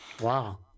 Wow